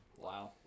Wow